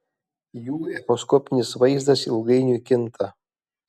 jų echoskopinis vaizdas ilgainiui kinta